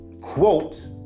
quote